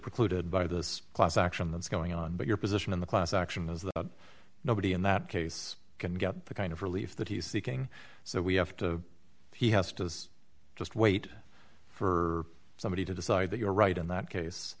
precluded by this class action that's going on but your position in the class action is that the nobody in that case can get the kind of relief that he's seeking so we have to he has to just wait for somebody to decide that you're right in that case